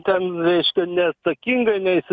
ten reiškia neatsakinga neįsi